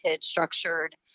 structured